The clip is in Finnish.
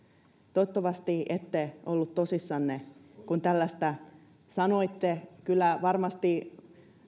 toivottavasti ette ollut tosissanne kun tällaista sanoitte kyllä varmasti